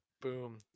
Boom